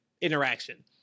interaction